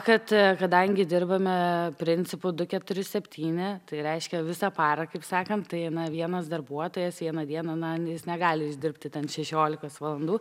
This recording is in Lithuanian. kad kadangi dirbame principu du keturi septyni tai reiškia visą parą kaip sakant tai na vienas darbuotojas vieną dieną na jis negali jis dirbti ten šešiolikos valandų